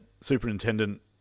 superintendent